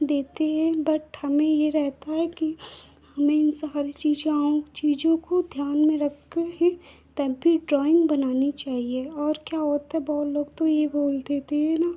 देते हैं बट हमें यह रहता है कि हमें इन सब चीजाओं चीज़ों को ध्यान में रखकर ही तब भी ड्राइंग बनानी चाहिए और क्या होता है बहुत लोग तो यह बोल देते हैं न